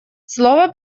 слово